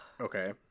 Okay